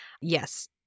Yes